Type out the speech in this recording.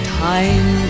time